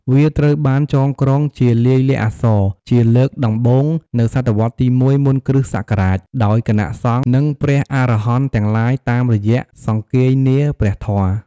វាត្រូវបានចងក្រងជាលាយលក្ខណ៍អក្សរជាលើកដំបូងនៅសតវត្សទី១ មុនគ្រិស្តសករាជ ដោយគណៈសង្ឃ និងព្រះអរហន្តទាំងឡាយ តាមរយៈសង្គាយនាព្រះធម៌។